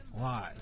live